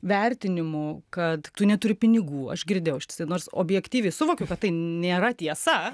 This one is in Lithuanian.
vertinimu kad tu neturi pinigų aš girdėjau ištisai nors objektyviai suvokiu kad tai nėra tiesa